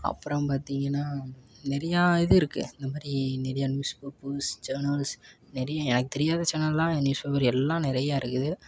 அப்புறம் பார்த்திங்கனா நிறையா இது இருக்குது இந்தமாதிரி நிறையா நியூஸ் இப்போ புது சேனல்ஸ் நிறையா எனக்குத் தெரியாத சேனல்லாம் நியூஸ் பேப்பர் எல்லாம் நிறையா இருக்குது